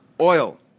oil